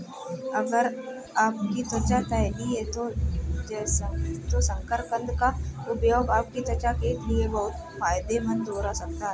अगर आपकी त्वचा तैलीय है तो शकरकंद का उपयोग आपकी त्वचा के लिए बहुत फायदेमंद हो सकता है